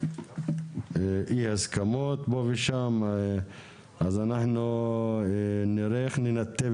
אי הסכמות פה ושם אז אנחנו נראה איך ננתב